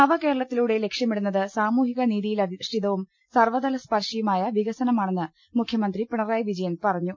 നവകേരളത്തിലൂടെ ലക്ഷ്യമിടുന്നത് സാമൂഹിക നീതിയിലധി ഷ്ഠിതവും സർവതല സ്പർശിയുമായ വികസനമാണെന്ന് മുഖ്യ മന്ത്രി പിണറായി വിജയൻ പറഞ്ഞു